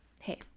hey